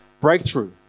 Breakthrough